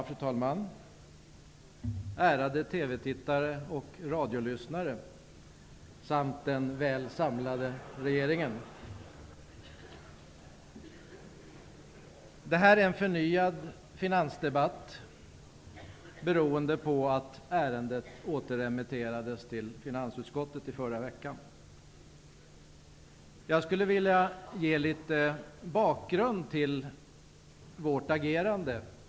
Fru talman! Ärade TV-tittare, radiolyssnare samt den väl samlade regeringen! Det här är en förnyad finansdebatt beroende på att ärendet återremitterades till finansutskottet i förra veckan. Jag skulle vilja ge en bakgrund till vårt agerande.